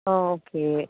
okay